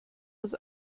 was